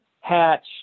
hatch